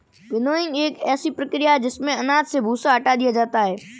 winnowing एक ऐसी प्रक्रिया है जिसमें अनाज से भूसा हटा दिया जाता है